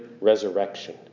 resurrection